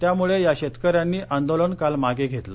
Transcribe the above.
त्यामुळे या शेतकऱ्यांनी आंदोलन काल मागे घेतलं